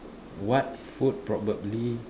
what food probably